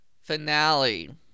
finale